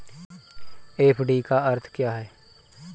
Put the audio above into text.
FD का अर्थ क्या है?